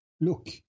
look